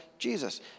Jesus